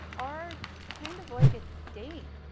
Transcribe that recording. are kind of like a date,